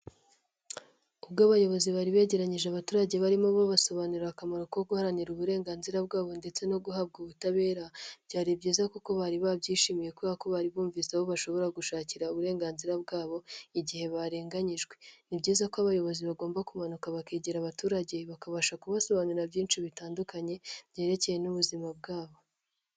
Ubwo abayobozi bari begeranyije abaturage barimo babasobanurira akamaro ko guharanira uburenganzira bwabo ndetse no guhabwa ubutabera, byari byiza kuko bari babyishimiye kubera ko bari bumvise aho bashobora gushakira uburenganzira bwabo igihe barenganyijwe, ni byiza ko abayobozi bagomba kumanuka bakegera abaturage bakabasha kubasobanurira byinshi bitandukanye byerekeye n'ubuzima bwabo.